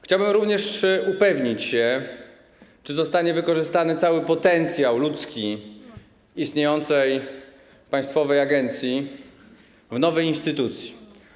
Chciałbym również upewnić się, czy zostanie wykorzystany cały potencjał ludzki istniejącej państwowej agencji w nowej instytucji.